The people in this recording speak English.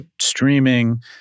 streaming